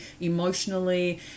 emotionally